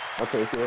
Okay